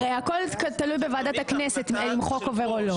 הרי הכול תלוי בוועדת הכנסת אם חוק עובר או לא.